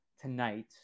tonight